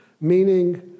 meaning